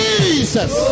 Jesus